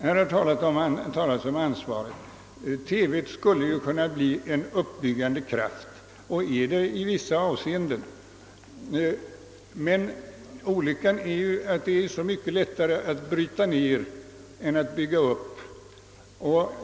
Här har talats om ansvaret och att TV skulle kunna bli en uppbyggande kraft och redan är det i vissa avseenden, men det olyckliga är ju att det är så mycket lättare att bryta ned än att bygga upp.